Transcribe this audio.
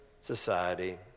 society